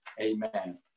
amen